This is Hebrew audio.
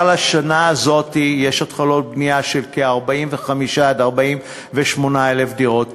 כבר לשנה הזאת יש התחלות בנייה של 45,000 48,000 דירות.